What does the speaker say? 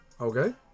Okay